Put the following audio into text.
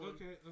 Okay